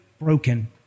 broken